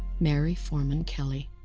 mary foreman kelly.